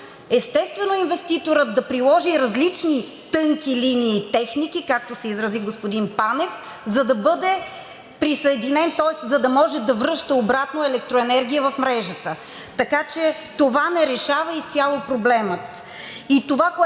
естествено, инвеститорът да приложи различни тънки линии и техники, както се изрази господин Панев, за да бъде присъединен той, тоест за да може да връща обратно електроенергия в мрежата. Така че това не решава изцяло проблема.